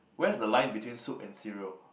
where's the line between soup and cereal